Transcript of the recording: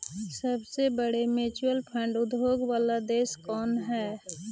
सबसे बड़े mutual fund उद्योग वाला देश कौन हई